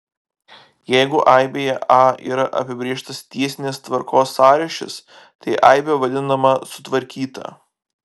jeigu aibėje a yra apibrėžtas tiesinės tvarkos sąryšis tai aibė vadinama sutvarkyta